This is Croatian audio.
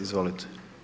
Izvolite.